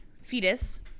fetus